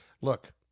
look